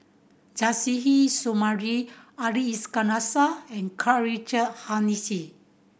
Suzairhe Sumari Ali Iskandar Shah and Karl Richard Hanitsch